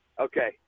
Okay